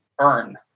earn